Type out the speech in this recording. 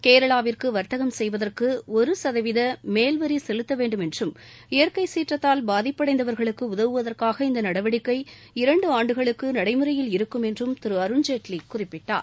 கேரளாவிற்கு வர்த்தகம் செய்வதற்கு ஒரு சதவீத மேல் வரி செலுத்த வேண்டும் என்றும் இயற்கை சீற்றத்தால் பாதிப்படைந்தவர்களுக்கு உதவுவதற்காக இந்த நடவடிக்கை இரண்டு ஆண்டுகளுக்கு நடைமுறையில் இருக்கும் என்றும் திரு அரண்ஜேட்லி குறிப்பிட்டார்